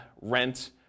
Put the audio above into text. rent